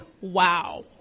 wow